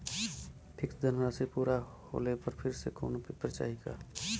Fix धनराशी पूरा होले पर फिर से कौनो पेपर चाही का?